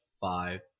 five